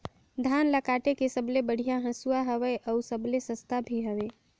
धान ल काटे के सबले बढ़िया हंसुवा हवये? अउ सबले सस्ता भी हवे?